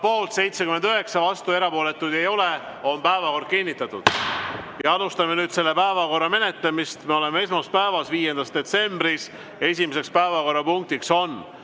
ja erapooletuid ei ole, on päevakord kinnitatud. Alustame nüüd päevakorrapunktide menetlemist. Me oleme esmaspäevas, 5. detsembris. Esimeseks päevakorrapunktiks on